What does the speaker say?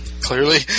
Clearly